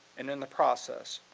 and in the process,